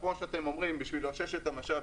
כמו שאתם אומרים בשביל לאושש את המשאב,